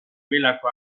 gelako